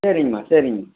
சரிங்கம்மா சரிங்க